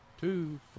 two